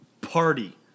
party